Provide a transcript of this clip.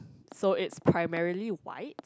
so it's primarily white